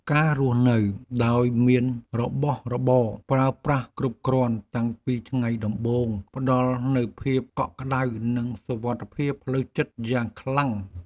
ការរស់នៅដោយមានរបស់របរប្រើប្រាស់គ្រប់គ្រាន់តាំងពីថ្ងៃដំបូងផ្ដល់នូវភាពកក់ក្ដៅនិងសុវត្ថិភាពផ្លូវចិត្តយ៉ាងខ្លាំង។